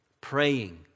praying